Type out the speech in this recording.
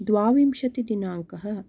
द्वाविंशतिदिनाङ्कः